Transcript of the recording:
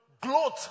gloat